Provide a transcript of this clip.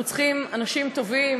אנחנו צריכים אנשים טובים,